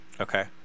okay